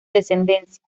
descendencia